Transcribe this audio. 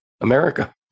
America